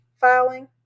filing